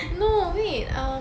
no wait um